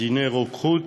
דיני רוקחות,